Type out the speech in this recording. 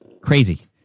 crazy